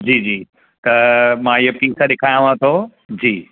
जी जी त मां इहो पीस ॾेखारियांव थो जी